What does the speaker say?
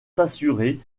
s’assurer